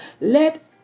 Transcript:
Let